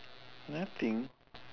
nothing